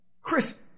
Chris